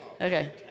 Okay